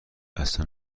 اصلا